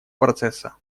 процесса